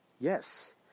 Yes